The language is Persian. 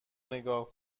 نگاه